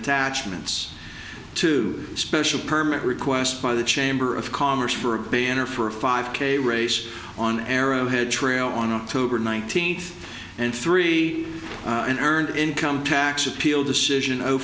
attachments to a special permit request by the chamber of commerce for a banner for a five k race on arrowhead trail on october nineteenth and three an earned income tax appeal decision o